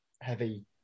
heavy